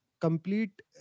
complete